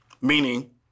Meaning